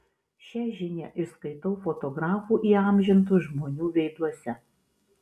šią žinią išskaitau fotografų įamžintų žmonių veiduose